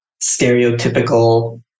stereotypical